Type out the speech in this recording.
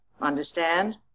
understand